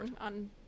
on